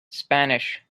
spanish